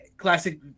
classic